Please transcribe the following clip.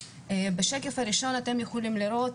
בשקף הראשון אתם יכולים לראות,